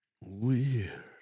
Weird